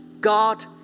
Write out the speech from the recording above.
God